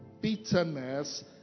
bitterness